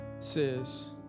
says